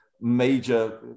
major